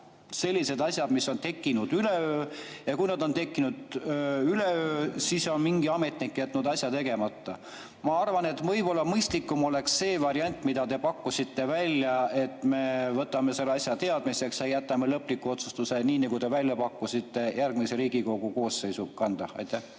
Kiired asjad ei ole tekkinud üleöö ja kui nad on tekkinud üleöö, siis on mingi ametnik jätnud asja tegemata. Ma arvan, et võib-olla mõistlikum oleks see variant, mille te pakkusite välja, et me võtame selle asja teadmiseks ja jätame lõpliku otsustuse, nii nagu te välja pakkusite, järgmise Riigikogu koosseisu kanda. Suur